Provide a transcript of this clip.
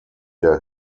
der